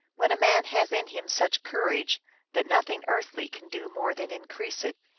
when a man has in him such cour age that nothing earthly can do more than increase it,